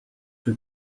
que